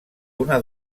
una